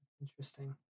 Interesting